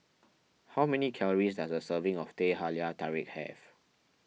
how many calories does a serving of Teh Halia Tarik have